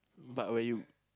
but where you